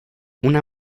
una